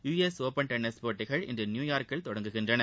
US Open tennis போட்டிகள் இன்று நியுயார்க்கில் தொடங்குகின்றன